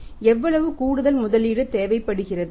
எவ்வளவு எவ்வளவு கூடுதல் முதலீடு தேவைப்படுகிறது